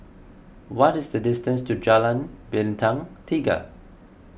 what is the distance to Jalan Bintang Tiga